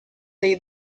dei